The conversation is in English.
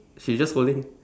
she just holding